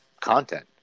content